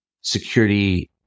security